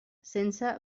sense